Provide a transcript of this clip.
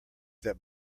that